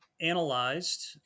analyzed